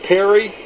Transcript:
Perry